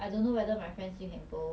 ya so I don't know like